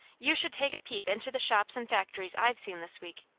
you should take a peep into the shops and factories i've seen this week.